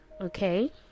Okay